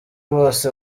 bose